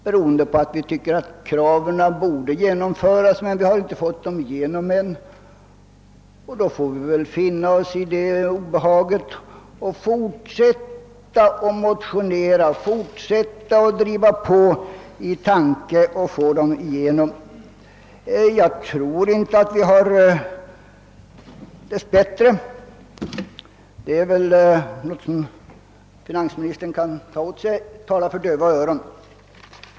Men vi tycker att kraven bör tillgodoses även om vi inte har fått igenom dem ännu, och därför får vi finna oss i obehaget att fortsätta med att motionera och driva på i förhoppning att förslagen blir genomförda. Dess värre har vi hittills talat för döva öron.